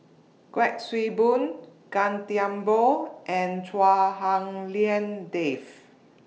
Kuik Swee Boon Gan Thiam Poh and Chua Hak Lien Dave